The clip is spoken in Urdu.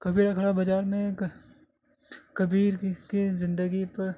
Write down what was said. کبیرا کھڑا بازار میں کبیر کی زندگی پر